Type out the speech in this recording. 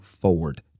forward